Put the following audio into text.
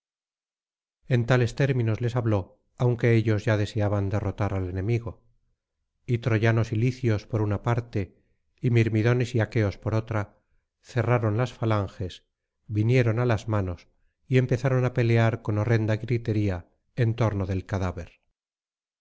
en tales términos les habló aunque ellos ya deseaban derrotar al enemigo y troyanos y licios por una parte y mirmidones y aqueos por otra cerraron las falanges vinieron á las manos y empezaron á pelear con horrenda gritería en torno del cadáver